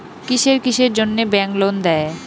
কিসের কিসের জন্যে ব্যাংক লোন দেয়?